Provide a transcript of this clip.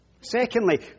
secondly